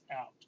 out